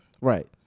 right